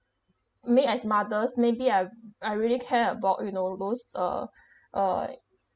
me as mothers may be I I really care about you know all those uh uh